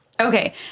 Okay